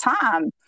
time